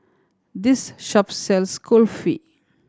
this shop sells Kulfi